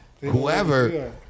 whoever